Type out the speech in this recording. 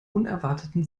unerwarteten